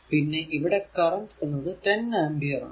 പിന്നെ ഇവിടെ കറന്റ് എന്നത് 10 ആമ്പിയർ ആണ്